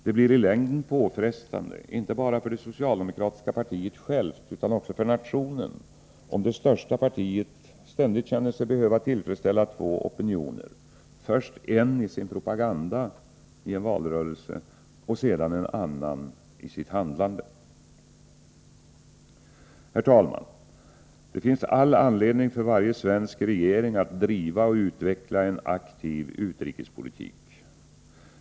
Det blir i längden påfrestande, inte bara för det socialdemokratiska partiet självt utan också för nationen, om det största partiet ständigt känner sig behöva tillfredsställa två opinioner, först en i sin propaganda i valrörelsen och sedan en annan i sitt handlande. Herr talman! Det finns all anledning för varje svensk regering att driva och utveckla en aktiv utrikespolitik.